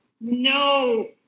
no